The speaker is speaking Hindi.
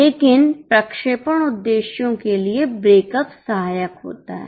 लेकिन प्रक्षेपण उद्देश्यों के लिए ब्रेकअप सहायक होता है